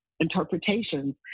interpretations